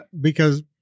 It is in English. because-